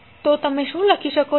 તો તમે શું લખી શકો છો